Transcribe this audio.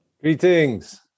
greetings